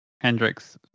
Hendrix